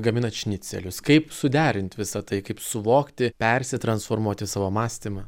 gaminat šnicelius kaip suderint visa tai kaip suvokti persitransformuoti savo mąstymą